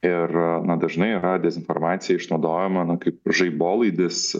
ir na dažnai yra dezinformacija išnaudojama na kaip žaibolaidis